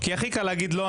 הכי קל להגיד: "לא,